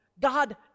god